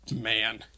man